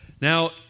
Now